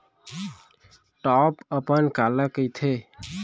Top अपन काला कहिथे?